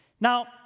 Now